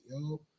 yo